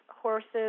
horses